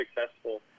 successful